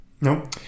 No